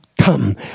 come